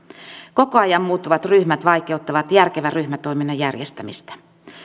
koko ajan muuttuvat ryhmät vaikeuttavat järkevän ryhmätoiminnan järjestämistä